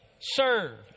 Serve